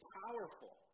powerful